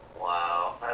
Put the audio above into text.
Wow